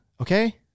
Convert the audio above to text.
Okay